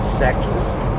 sexist